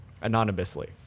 Anonymously